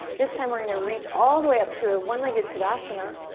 this time, we're gonna reach all the way up to a one legged tadasana,